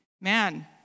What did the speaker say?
man